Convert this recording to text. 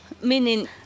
meaning